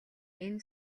энэ